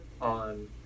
on